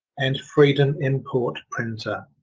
and freedom import printer